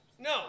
No